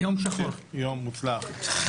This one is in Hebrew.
יום מוצלח.